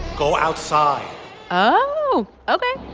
go outside oh, ok.